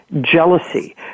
jealousy